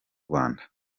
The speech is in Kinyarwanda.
rwanda